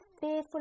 fearful